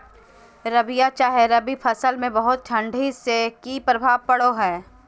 रबिया चाहे रवि फसल में बहुत ठंडी से की प्रभाव पड़ो है?